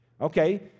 Okay